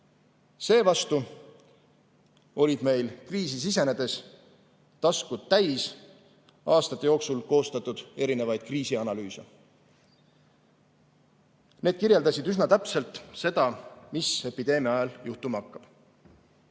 olid meil kriisi sisenedes taskud täis aastate jooksul koostatud erinevaid kriisianalüüse. Need kirjeldasid üsna täpselt seda, mis epideemia ajal juhtuma hakkab.